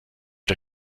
der